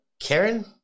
Karen